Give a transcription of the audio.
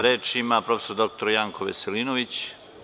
Reč ima prof. dr Janko Veselinović.